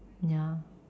ya